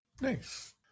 Nice